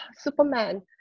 Superman